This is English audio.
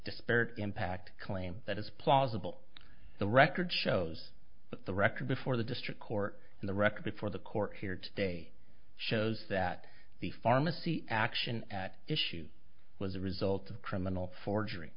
disparate impact claim that it's plausible the record shows the record before the district court the record before the court here today shows that the pharmacy action at issue was the result of criminal forgery